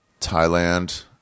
Thailand